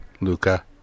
Luca